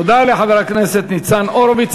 תודה לחבר הכנסת ניצן הורוביץ.